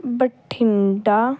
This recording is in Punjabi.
ਬਠਿੰਡਾ